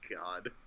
God